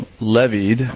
levied